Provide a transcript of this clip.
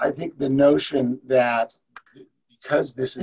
i think the notion that because this is